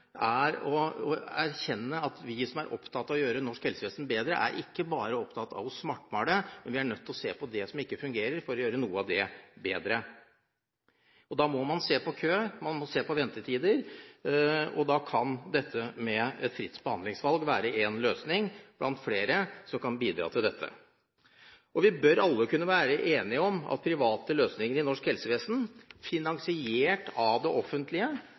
er å erkjenne at vi som er opptatt av å gjøre norsk helsevesen bedre, er ikke bare opptatt av å svartmale, men vi er nødt å se på det som ikke fungerer, for å gjøre noe av det bedre. Da må man se på kø og ventetider, og da kan dette med fritt behandlingsvalg være én løsning blant flere som kan bidra til dette. Vi bør alle kunne være enige om at private løsninger i norsk helsevesen finansiert av det offentlige